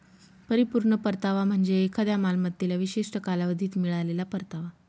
परिपूर्ण परतावा म्हणजे एखाद्या मालमत्तेला विशिष्ट कालावधीत मिळालेला परतावा